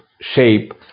shape